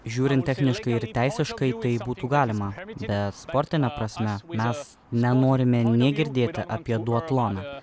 žiūrint techniškai ir teisiškai tai būtų galima bet sportine prasme mes nenorime nė girdėti apie duatloną